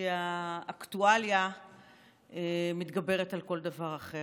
כי האקטואליה מתגברת על כל דבר אחר.